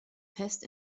pest